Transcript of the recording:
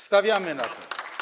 Stawiamy na to.